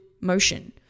motion